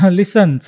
listen